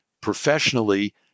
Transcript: professionally